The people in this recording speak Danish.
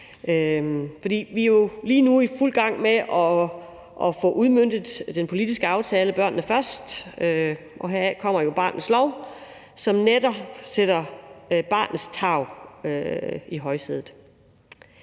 Vi er jo lige nu i fuld gang med at få udmøntet den politiske aftale »Børnene Først«, og heraf kommer jo barnets lov, som netop sætter barnets tarv i højsædet.